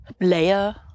layer